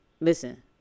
Listen